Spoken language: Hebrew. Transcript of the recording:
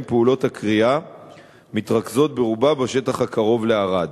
פעולות הכרייה מתרכזות ברובן בשטח הקרוב לערד.